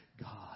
God